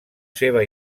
seva